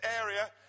area